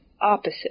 opposite